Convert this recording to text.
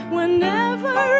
Whenever